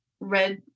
red